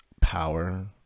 power